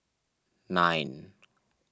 nine